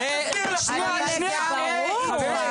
זה ברור.